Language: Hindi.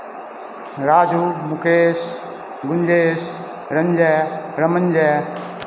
राजू मुकेश गुंजेश रंजय रमंजय